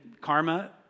karma